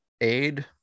aid